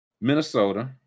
Minnesota